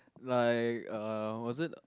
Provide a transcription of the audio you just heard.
like uh was it